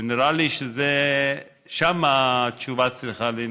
ונראה לי ששם התשובה צריכה להינתן.